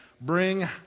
Bring